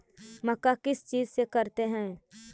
मक्का किस चीज से करते हैं?